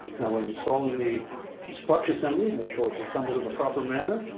now when installing the splutch assembly, make sure it's assembled in the proper manner,